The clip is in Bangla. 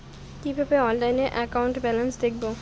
কিভাবে অনলাইনে একাউন্ট ব্যালেন্স দেখবো?